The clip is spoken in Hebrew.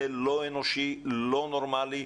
זה לא אנושי ולא נורמלי,